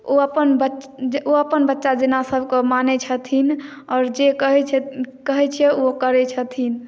ओ अपन बच्चा जेना सब के मानै छाथिन आओर जे कहै छियै ओ करै छथिन